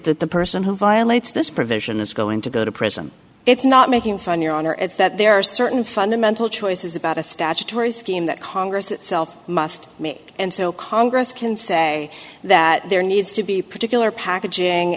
that the person who violates this provision is going to go to prison it's not making fun your honor it's that there are certain fundamental choices about a statutory scheme that congress itself must make and so congress can say that there needs to be particular packaging